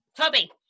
Toby